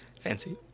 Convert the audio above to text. fancy